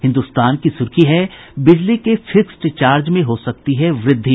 हिन्दुस्तान की सुर्खी है बिजली के फिक्सड चार्ज में हो सकती है वृद्धि